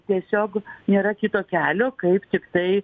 tiesiog nėra kito kelio kaip tiktai